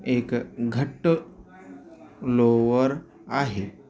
एक घट्ट लोअवर आहे